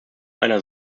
einer